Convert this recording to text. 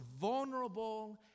vulnerable